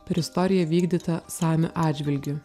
per istoriją vykdytą samių atžvilgiu